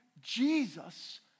Jesus